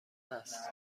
است